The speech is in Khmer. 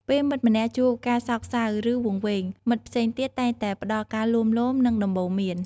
ពេលមិត្តម្នាក់ជួបការសោកសៅ ឬវង្វេង មិត្តផ្សេងទៀតតែងតែផ្តល់ការលួងលោម និងដំបូន្មាន។